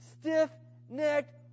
stiff-necked